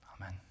Amen